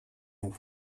vous